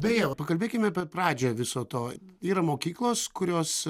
beje o pakalbėkime apie pradžią viso to yra mokyklos kurios